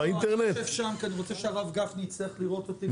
אני אשב מול גפני שהוא יצטרך לראות אותי.